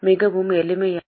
மிகவும் எளிமையானது